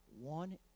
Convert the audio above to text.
one